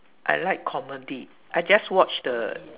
I like comedy I just watched the